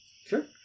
Sure